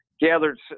gathered